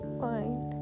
fine